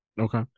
Okay